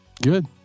Good